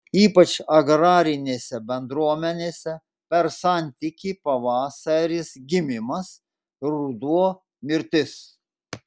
ypač agrarinėse bendruomenėse per santykį pavasaris gimimas ruduo mirtis